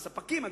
לספקים,